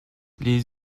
les